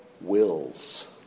wills